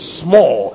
small